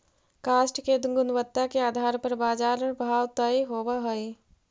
काष्ठ के गुणवत्ता के आधार पर बाजार भाव तय होवऽ हई